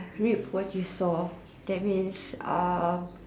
rip what you saw that means uh